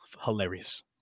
Hilarious